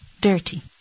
dirty